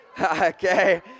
Okay